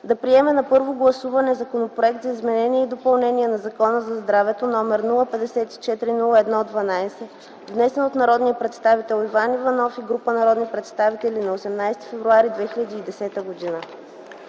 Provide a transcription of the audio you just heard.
да приеме на първо гласуване законопроект за изменение и допълнение на Закона за здравето, № 054-01-12, внесен от народния представител Иван Иванов и група народни представители на 18 февруари 2010 г.